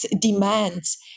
demands